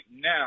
now